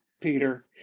Peter